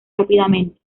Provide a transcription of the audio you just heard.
rápidamente